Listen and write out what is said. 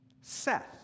Seth